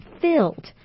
filled